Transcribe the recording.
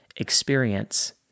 Experience